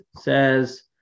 says